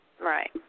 Right